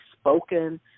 spoken